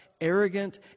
Arrogant